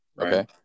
okay